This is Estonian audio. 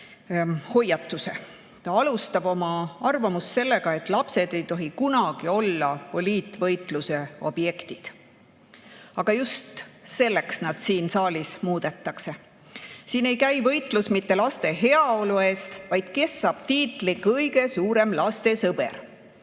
Ta alustab oma arvamust sellega, et lapsed ei tohi kunagi olla poliitvõitluse objektid. Aga just selleks nad siin saalis muudetakse. Siin ei käi võitlus mitte laste heaolu eest, vaid selle eest, kes saab tiitli "Kõige suurem laste sõber".